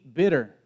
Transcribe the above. bitter